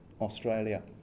Australia